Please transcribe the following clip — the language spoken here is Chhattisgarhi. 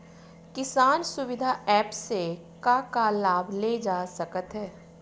किसान सुविधा एप्प से का का लाभ ले जा सकत हे?